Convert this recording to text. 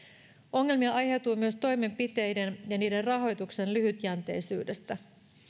ongelmia aiheutuu myös toimenpiteiden ja niiden rahoituksen lyhytjänteisyydestä